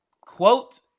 quote